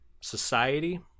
society